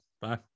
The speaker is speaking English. Bye